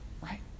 right